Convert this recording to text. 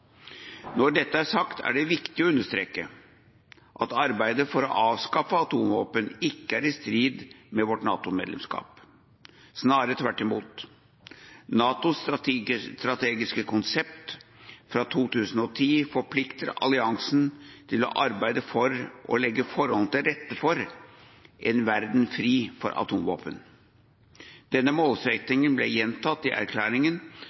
Når dette er sagt, er det viktig å understreke at arbeidet for å avskaffe atomvåpen ikke er i strid med vårt NATO-medlemskap, snarere tvert imot: NATOs strategiske konsept fra 2010 forplikter alliansen til å arbeide for å legge forholdene til rette for en verden fri for atomvåpen. Denne målsettingen ble gjentatt i erklæringen